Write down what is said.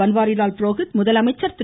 பன்வாரிலால் புரோகித் முதலமைச்சர் திரு